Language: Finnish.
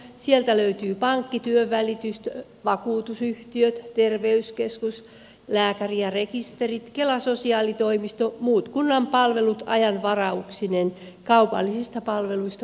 sieltä löytyy pankki työnvälitys vakuutusyhtiöt terveyskeskus lääkäri rekisterit kela sosiaalitoimisto ja muut kunnan palvelut ajanvarauksineen kaupallisista palveluista puhumattakaan